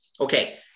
Okay